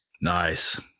Nice